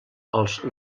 els